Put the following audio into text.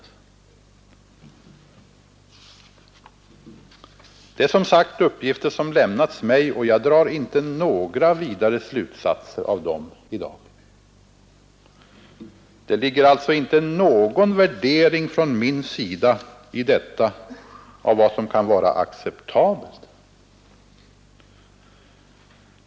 Detta är som sagt uppgifter som har lämnats mig och jag drar inte några vidare slutsatser av dem i dag. Det ligger alltså i detta inte någon värdering från min sida av vad som kan vara acceptabelt.